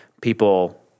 people